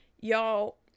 y'all